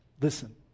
Listen